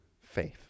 faith